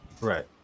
right